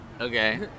Okay